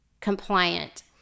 compliant